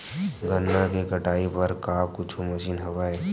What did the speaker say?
गन्ना के कटाई बर का कुछु मशीन हवय?